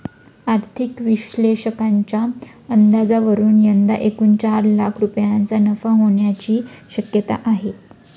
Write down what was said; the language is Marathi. आर्थिक विश्लेषकांच्या अंदाजावरून यंदा एकूण चार लाख रुपयांचा नफा होण्याची शक्यता आहे